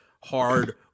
hard